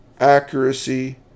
accuracy